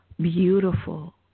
beautiful